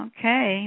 Okay